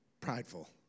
prideful